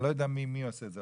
אני לא יודע מי עושה את זה.